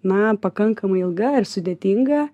na pakankamai ilga ir sudėtinga